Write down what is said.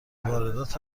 واردات